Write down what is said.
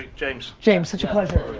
james. james, such a pleasure.